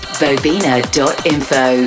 bobina.info